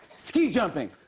ski jumping?